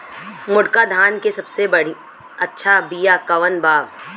मोटका धान के सबसे अच्छा बिया कवन बा?